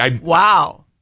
Wow